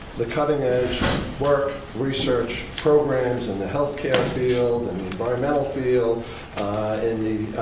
the cutting edge work, research, programs and the healthcare field and the environmental field in the